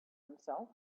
himself